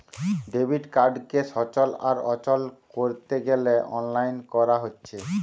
debit কার্ডকে সচল আর অচল কোরতে গ্যালে অনলাইন কোরা হচ্ছে